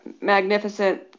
magnificent